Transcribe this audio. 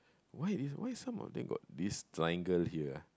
why this why some of them got this triangle here ah